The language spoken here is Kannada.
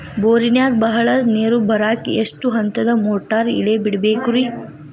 ಬೋರಿನಾಗ ಬಹಳ ನೇರು ಬರಾಕ ಎಷ್ಟು ಹಂತದ ಮೋಟಾರ್ ಇಳೆ ಬಿಡಬೇಕು ರಿ?